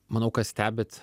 manau kad stebit